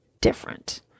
different